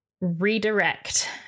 redirect